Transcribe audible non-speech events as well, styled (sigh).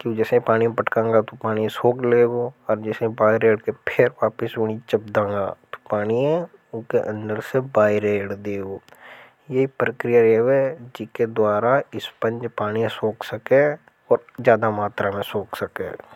कि जैसे पानी पठकांगा तो पानी सोक लेवे को। (unintelligible) करें और ज्यादा मात्र में सोक सकें और।